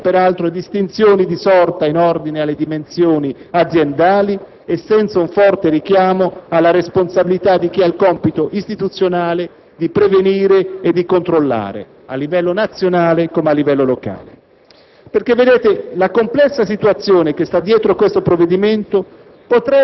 infatti non può essere caricata di ogni responsabilità, senza peraltro distinzioni di sorta in ordine alle dimensioni aziendali, e senza un forte richiamo alla responsabilità di chi ha il compito istituzionale di prevenire e di controllare, a livello nazionale, come a livello locale.